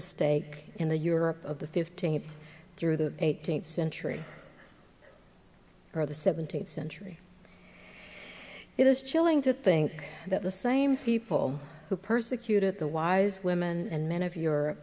the stake in the europe of the fifteenth through the eighteenth century or the seventeenth century it is chilling to think that the same people who persecuted the wise women and men of you